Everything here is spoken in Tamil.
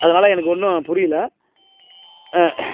அதனால் எனக்கு ஒன்றும் புரியலை